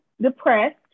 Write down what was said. depressed